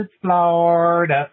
Florida